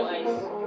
ice